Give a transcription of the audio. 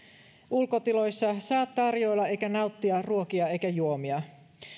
ulkotiloissa saa tarjoilla eikä nauttia ruokia eikä juomia